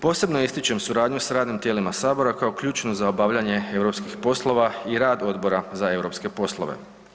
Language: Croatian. Posebno ističem suradnju sa radnim tijelima Sabora kao ključnu za obavljanje europskih poslova i rad Odbora za europske poslove.